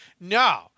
No